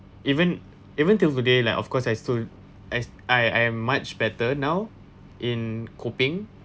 even even till today like of course I soon as I am much better now in coping